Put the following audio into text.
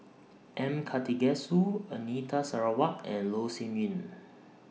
M Karthigesu Anita Sarawak and Loh Sin Yun